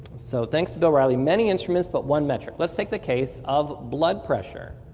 so thanks to bill riley, many instruments but one metric. let's take the case of blood pressure.